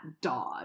dog